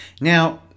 Now